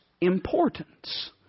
importance